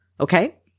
okay